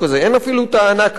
אין אפילו טענה כזאת.